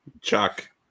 Chuck